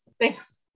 Thanks